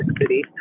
City